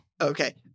Okay